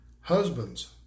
Husbands